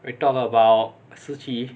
we talk about shi qi